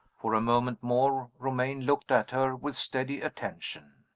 for a moment more romayne looked at her with steady attention.